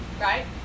right